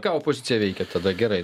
ką opozicija veikia tada gerai